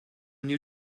new